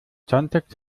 songtext